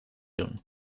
doen